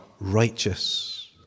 righteous